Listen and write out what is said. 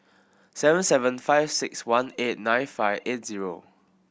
seven seven five six one eight nine five eight zero